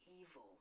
evil